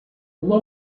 uma